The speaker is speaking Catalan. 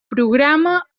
programa